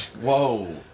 Whoa